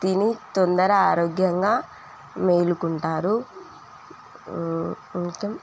తిని తొందర ఆరోగ్యంగా మేలుకుంటారు ఇంకా